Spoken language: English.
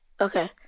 Okay